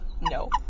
no